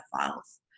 files